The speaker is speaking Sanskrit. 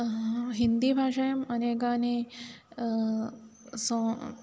हिन्दीभाषायाम् अनेकानि सो